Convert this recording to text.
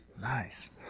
Nice